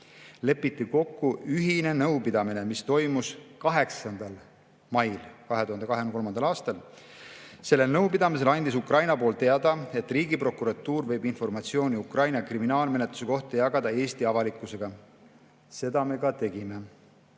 Lepiti kokku ühine nõupidamine, mis toimus 8. mail 2023. aastal. Sellel nõupidamisel andis Ukraina pool teada, et Riigiprokuratuur võib informatsiooni Ukraina kriminaalmenetluse kohta jagada Eesti avalikkusega. Seda me ka tegime.